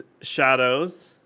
Shadows